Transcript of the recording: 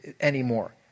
anymore